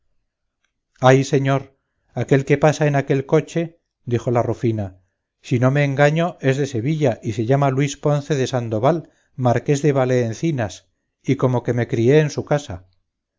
ay señor aquel que pasa en aquel coche dijo la rufina si no me engaño es de sevilla y se llama luis ponce de sandoval marqués de valdeencinas y como que me crié en su casa